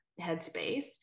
headspace